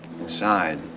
inside